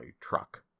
truck